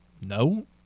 No